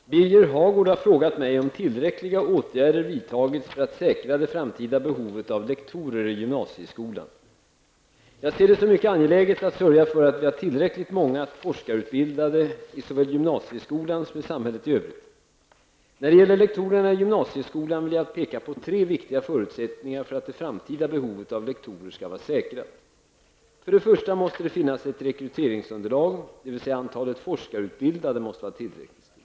Herr talman! Birger Hagård har frågat mig om tillräckliga åtgärder vidtagits för att säkra det framtida behovet av lektorer i gymnasieskolan. Jag ser det som mycket angeläget att sörja för att vi har tillräckligt många forskarutbildade i såväl gymnasieskolan som i samhället i övrigt. När det gäller lektorerna i gymnasieskolan vill jag peka på tre viktiga förutsättningar för att det framtida behovet av lektorer skall vara säkrat. För det första måste det finnas ett rekryteringsunderlag, dvs. antalet forskarutbildade måste vara tillräckligt stort.